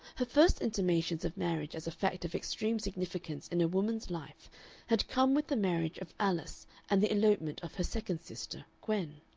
her first intimations of marriage as a fact of extreme significance in a woman's life had come with the marriage of alice and the elopement of her second sister, gwen.